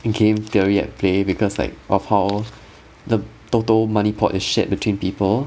game theory at play because like of how the total money port is shared between people